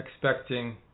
expecting